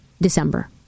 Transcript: December